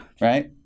Right